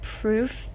proof